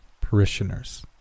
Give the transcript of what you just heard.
parishioners